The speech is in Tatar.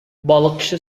балыкчы